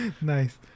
nice